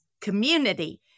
community